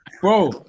bro